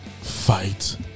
fight